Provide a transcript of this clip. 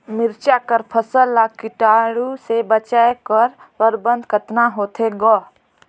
मिरचा कर फसल ला कीटाणु से बचाय कर प्रबंधन कतना होथे ग?